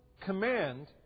command